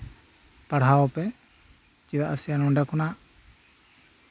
ᱯᱟᱲᱦᱟᱣᱯᱮ ᱪᱮᱫᱟᱜ ᱥᱮ ᱱᱚᱰᱮ ᱠᱷᱚᱱᱟᱜ